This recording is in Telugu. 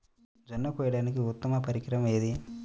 జొన్న కోయడానికి ఉత్తమ పరికరం ఏది?